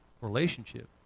relationship